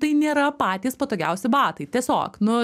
tai nėra patys patogiausi batai tiesiog nu